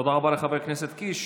תודה רבה לחבר הכנסת קיש.